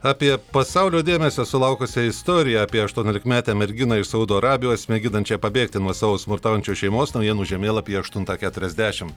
apie pasaulio dėmesio sulaukusią istoriją apie aštuoniolikmetę merginą iš saudo arabijos mėginančią pabėgti nuo savo smurtaujančios šeimos naujienų žemėlapyje aštuntą keturiasdešim